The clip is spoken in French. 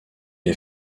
est